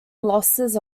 losses